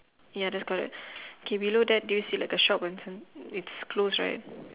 ya that's correct okay below that do you see like a shop it's closed right